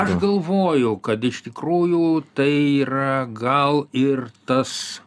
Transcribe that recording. aš galvoju kad iš tikrųjų tai yra gal ir tas